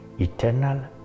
eternal